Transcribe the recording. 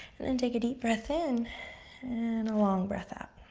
and then take a deep breath in and a long breath out.